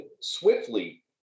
swiftly